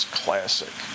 classic